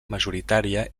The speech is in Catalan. majoritària